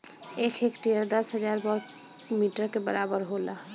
एक हेक्टेयर दस हजार वर्ग मीटर के बराबर होला